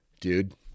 dude